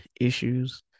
issues